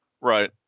right